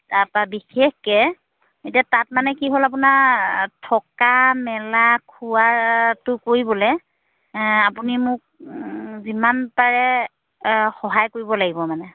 তাৰপৰা বিশেষকৈ এতিয়া তাত মানে কি হ'ল আপোনাৰ থকা মেলা খোৱাটো কৰিবলৈ আপুনি মোক যিমান পাৰে সহায় কৰিব লাগিব মানে